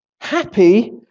Happy